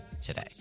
today